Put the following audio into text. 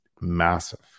massive